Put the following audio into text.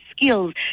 skills